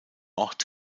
ort